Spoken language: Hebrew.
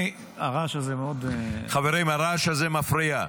הרעש הזה מאוד --- חברים, הרעש הזה מפריע.